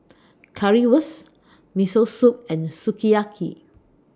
Currywurst Miso Soup and Sukiyaki